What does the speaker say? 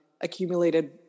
accumulated